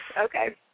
Okay